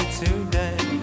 today